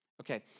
Okay